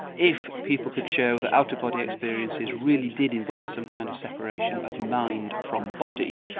if people could show that out-of-body experiences really did involve some kind of separation of mind from body,